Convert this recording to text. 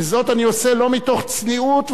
וזאת אני עושה לא מתוך צניעות,